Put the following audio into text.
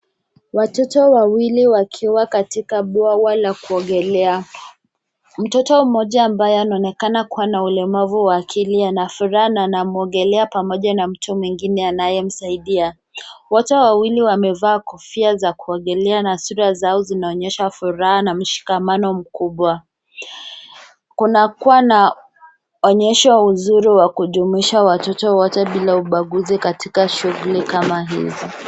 Watoto wawili wakiwa katika bwawa la kuogelea. Mtoto mmoja ambaye anaonekana kiwa na ulemavu wa akili ana furaha na anamwogelea pamoja na mtu mwengine anayemsaidia. Wote wawili wamevaa kofia za kuogelea na sura zao zinaonyesha furaha na mshikamano mkubwa. Kunakuwa na onyesho mzuri wa kujumuisha watoto wote bila ubaguzi katika shughuli kama hizi.